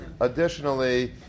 additionally